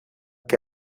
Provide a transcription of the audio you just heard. que